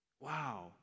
Wow